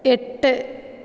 എട്ട്